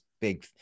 big